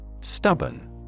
Stubborn